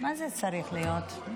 מה זה צריך להיות?